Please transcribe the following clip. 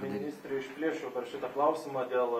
ministre išplėšiu dar šitą klausimą dėl